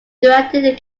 directed